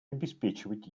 обеспечивать